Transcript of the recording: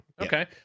Okay